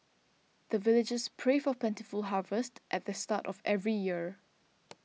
the villagers pray for plentiful harvest at the start of every year